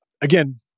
again